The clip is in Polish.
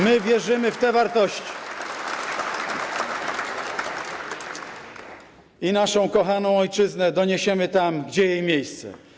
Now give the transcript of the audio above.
My wierzymy w te wartości i naszą kochaną ojczyznę doniesiemy tam, gdzie jej miejsce.